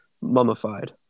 mummified